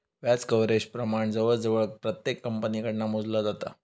व्याज कव्हरेज प्रमाण जवळजवळ प्रत्येक कंपनीकडना मोजला जाता